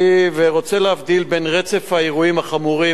אני רוצה להבדיל בין רצף האירועים החמורים,